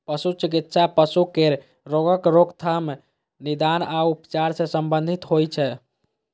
पशु चिकित्सा पशु केर रोगक रोकथाम, निदान आ उपचार सं संबंधित होइ छै